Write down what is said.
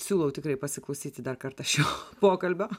siūlau tikrai pasiklausyti dar kartą šio pokalbio